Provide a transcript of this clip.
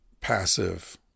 passive